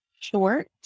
short